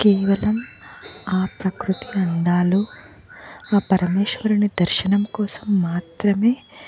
కేవలం ఆ ప్రకృతి అందాలు ఆ పరమేశ్వరుని దర్శనం కోసం మాత్రమే